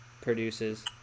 produces